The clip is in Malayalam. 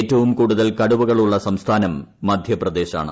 ഏറ്റവും കൂടുതൽ കടുവകൾ ഉള്ള സംസ്ഥാനം മധ്യപ്രദേശാണ്